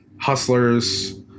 Hustlers